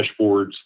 dashboards